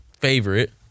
favorite